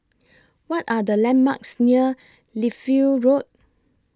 What Are The landmarks near Lichfield Road